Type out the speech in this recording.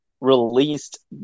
released